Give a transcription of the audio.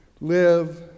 live